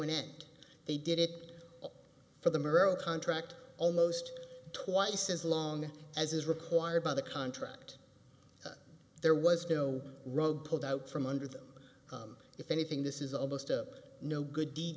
an end they did it for the marrow contract almost twice as long as is required by the contract there was no rug pulled out from under them if anything this is almost a no good deed